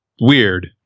weird